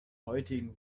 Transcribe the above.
heutigen